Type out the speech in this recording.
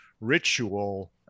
ritual